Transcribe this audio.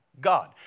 God